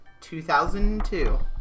2002